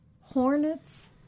hornets